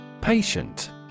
Patient